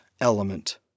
Element